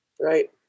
right